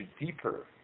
deeper